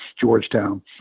Georgetown